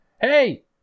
Hey